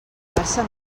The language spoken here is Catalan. barça